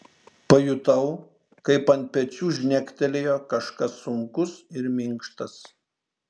pajutau kaip ant pečių žnektelėjo kažkas sunkus ir minkštas